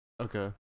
Okay